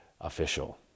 official